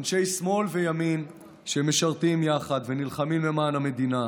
אנשי שמאל וימין שמשרתים יחד ונלחמים למען המדינה,